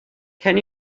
can